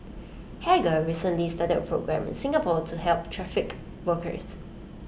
hagar recently started A programme in Singapore to help trafficked workers